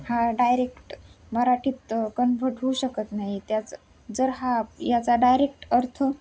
हा डायरेक्ट मराठीत कन्व्हर्ट होऊ शकत नाही त्याच जर हा याचा डायरेक्ट अर्थ